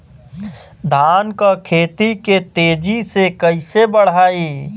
धान क खेती के तेजी से कइसे बढ़ाई?